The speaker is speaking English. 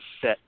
set